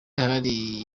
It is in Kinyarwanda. hari